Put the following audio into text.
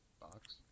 box